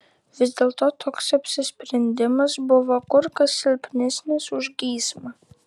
vis dėlto toks apsisprendimas buvo kur kas silpnesnis už geismą